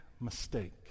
mistake